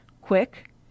quick